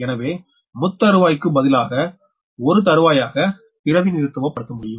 எனவே முத்தருவாய்க்கு பதிலாக ஒரு தருவாயாக பிரதிநிதித்துவப்படுத்த முடியும்